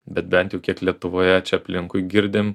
bet bent jau kiek lietuvoje čia aplinkui girdim